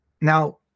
now